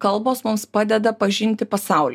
kalbos mums padeda pažinti pasaulį